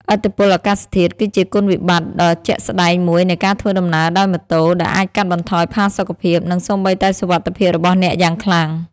ឥទ្ធិពលអាកាសធាតុ គឺជាគុណវិបត្តិដ៏ជាក់ស្តែងមួយនៃការធ្វើដំណើរដោយម៉ូតូ ដែលអាចកាត់បន្ថយផាសុកភាព និងសូម្បីតែសុវត្ថិភាពរបស់អ្នកយ៉ាងខ្លាំង។